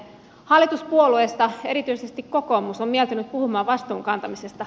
hallituspuolueista erityisesti kokoomus on mieltynyt puhumaan vastuun kantamisesta